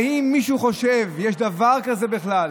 האם מישהו חושב שיש דבר כזה בכלל,